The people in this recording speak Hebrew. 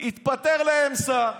התפטר להם שר.